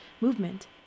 Movement